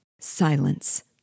Silence